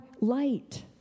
light